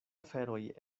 aferoj